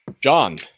John